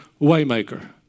Waymaker